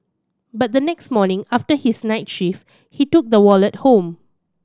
but the next morning after his night shift he took the wallet home